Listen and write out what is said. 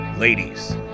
Ladies